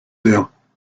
dezhañ